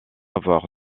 avoir